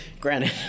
granted